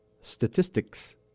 statistics